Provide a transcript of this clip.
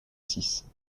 six